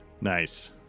Nice